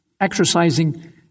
exercising